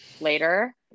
later